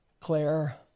Claire